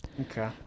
Okay